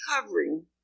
covering